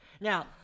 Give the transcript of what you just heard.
Now